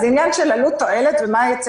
אז זה עניין של עלות-תועלת ומה ייצא